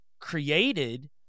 created